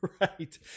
Right